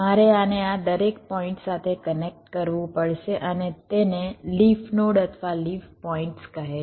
મારે આને આ દરેક પોઇન્ટ સાથે કનેક્ટ કરવું પડશે અને તેને લિફ નોડ અથવા લિફ પોઇન્ટ્સ કહે છે